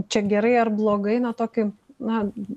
čia gerai ar blogai na tokį na